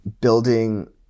Building